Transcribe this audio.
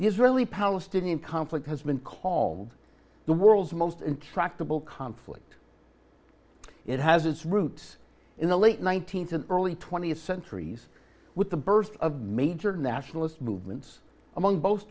israeli palestinian conflict has been called the world's most intractable conflict it has its roots in the late one nine hundred to the early twentieth centuries with the birth of major nationalist movements among both